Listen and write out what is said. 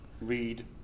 Read